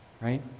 right